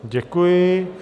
Děkuji.